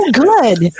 good